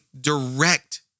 direct